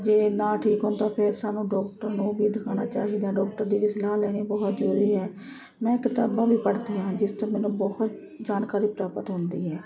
ਜੇ ਨਾ ਠੀਕ ਹੋਣ ਤਾਂ ਫਿਰ ਸਾਨੂੰ ਡਾਕਟਰ ਉਹ ਵੀ ਦਿਖਾਉਣਾ ਚਾਹੀਦਾ ਡਾਕਟਰ ਦੀ ਸਲਾਹ ਲੈਣੀ ਬਹੁਤ ਜ਼ਰੂਰੀ ਹੈ ਮੈਂ ਕਿਤਾਬਾਂ ਵੀ ਪੜ੍ਹਦੀ ਹਾਂ ਜਿਸ ਤੋਂ ਮੈਨੂੰ ਬਹੁਤ ਜਾਣਕਾਰੀ ਪ੍ਰਾਪਤ ਹੁੰਦੀ ਹੈ